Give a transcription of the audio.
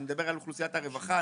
אני מדבר על אוכלוסיית הרווחה,